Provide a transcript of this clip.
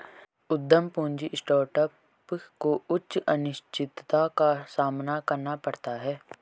उद्यम पूंजी स्टार्टअप को उच्च अनिश्चितता का सामना करना पड़ता है